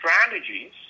strategies